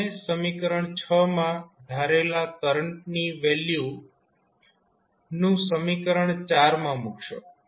તમે સમીકરણ માં ધારેલી કરંટની વેલ્યુ સમીકરણ માં મૂકશો